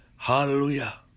Hallelujah